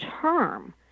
term